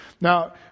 Now